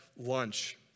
lunch